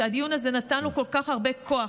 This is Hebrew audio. שהדיון הזה נתן לו כל כך הרבה כוח,